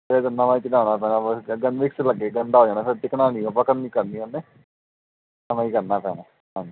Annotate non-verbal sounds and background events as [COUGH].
ਫਿਰ ਤਾਂ ਨਵਾਂ ਹੀ ਚੜ੍ਹਾਉਣਾ ਪੈਣਾ [UNINTELLIGIBLE] ਮਿਕਸ [UNINTELLIGIBLE] ਗੰਦਾ ਹੋ ਜਾਣਾ ਫਿਰ ਟਿਕਣਾ ਨਹੀਂ ਪਕੜ ਨਹੀਂ ਕਰਨੀ ਉਹਨੇ ਨਵਾਂ ਹੀ ਕਰਨਾ ਪੈਣਾ ਹਾਂਜੀ